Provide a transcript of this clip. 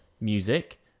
music